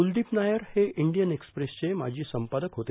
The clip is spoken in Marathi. कुलदीप नायर हे इंडियन एक्सप्रेसचे माजी संपादक होते